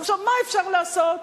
עכשיו, מה אפשר לעשות?